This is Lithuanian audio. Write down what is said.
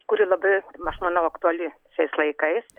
kuri labai aš manau aktuali šiais laikais